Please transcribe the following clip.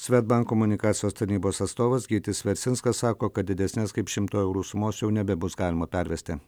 svedbank komunikacijos tarnybos atstovas gytis vercinskas sako kad didesnės kaip šimto eurų sumos jau nebebus galima pervesti